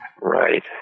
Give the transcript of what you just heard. Right